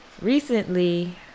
recently